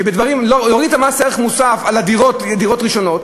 להוריד מס ערך מוסף על דירות ראשונות,